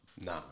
Nah